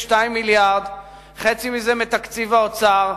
חצי מזה מתקציב האוצר,